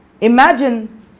Imagine